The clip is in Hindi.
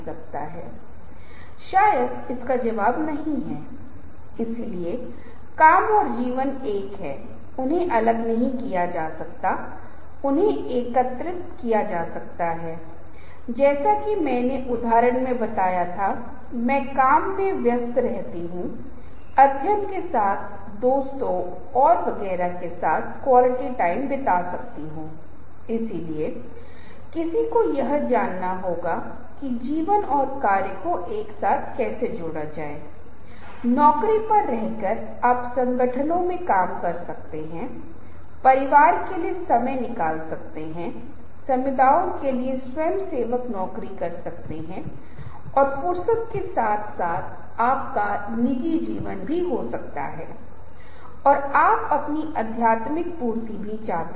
शक्तिशालीपावरफुल Powerful बनाम शक्तिहीन फिर आप विस्तार से स्लाइड के माध्यम से जाते हैं केवल एक चीज जिसे मैं यहां साझा करना चाहूंगा वह यह है कि शक्तिशाली भाषा वह भाषा है जो गैर सांकोच वाली समर्थक है कुछ ऐसा है जो मुखर है और जब भी मैं चर्चा कर रहा था हम जो कहते हैं आवाज भाषण का जब हम बोलने के कौशल के बारे में बात कर रहे थे तो यहां भी लागू होता है क्योंकि भाषा बहुत सारी चीजों को संप्रेषित करने का प्रबंधन करती है आवाज बहुत सारी चीजों को जैसे संकोच भाषा को व्यक्त करने का प्रबंधन करती है संकोच की भावना का संचार करती है ये चीजें आम तौर पर बहुत प्रेरक नहीं होती हैं और यह आपके लिए स्पष्ट होना चाहिए